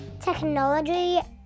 technology